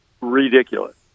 ridiculous